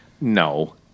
No